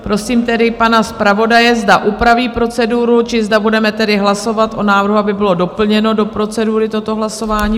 Prosím tedy pana zpravodaje, zda upraví proceduru, či zda budeme hlasovat o návrhu, aby bylo doplněno do procedury toto hlasování.